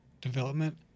development